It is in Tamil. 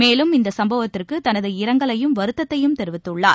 மேலும் இந்த சம்பவத்திற்கு தனது இரங்கலையும் வருத்தத்தையும் தெரிவித்துள்ளார்